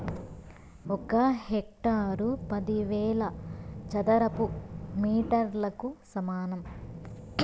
ఒక హెక్టారు పదివేల చదరపు మీటర్లకు సమానం